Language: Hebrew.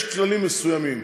יש כללים מסוימים.